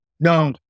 No